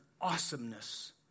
awesomeness